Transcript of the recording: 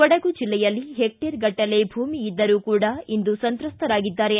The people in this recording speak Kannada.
ಕೊಡಗು ಜಿಲ್ಲೆಯಲ್ಲಿ ಹೆಕ್ಟೇರಗಟ್ನಲೆ ಭೂಮಿ ಇದ್ದರೂ ಕೂಡ ಇಂದು ಸಂತ್ರಸ್ತರಾಗಿದ್ದಾರೆ